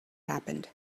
happened